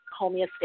homeostasis